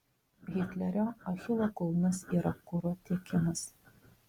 hitlerio achilo kulnas yra kuro tiekimas